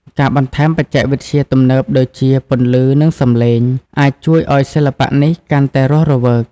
ការបន្ថែមបច្ចេកវិទ្យាទំនើបដូចជាពន្លឺ និងសំឡេង អាចជួយឱ្យសិល្បៈនេះកាន់តែរស់រវើក។